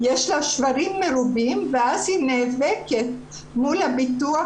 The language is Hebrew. יש לה שברים מרובים ואז היא נאבקת מול הביטוח